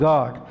God